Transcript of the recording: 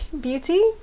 beauty